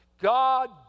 God